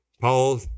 Paul